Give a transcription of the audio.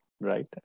right